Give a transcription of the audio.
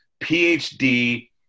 PhD